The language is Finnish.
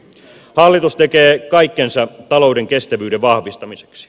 hallitus tekee kaikkensa talouden kestävyyden vahvistamiseksi